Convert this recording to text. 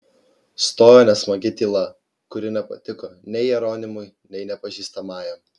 stojo nesmagi tyla kuri nepatiko nei jeronimui nei nepažįstamajam